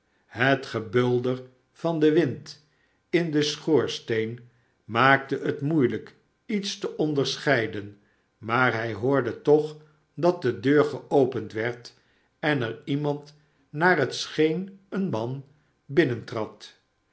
het gebulder van den wind in den schoorsteen maakte het moeielijk iets te onderscheiden maar hij hoorde toch dat de deur geopend werd en er iemand naar het scheen een man